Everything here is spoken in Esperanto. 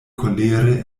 kolere